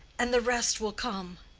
and the rest will come.